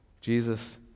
Jesus